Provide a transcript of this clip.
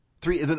Three